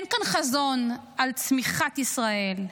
אין כאן חזון על צמיחת ישראל,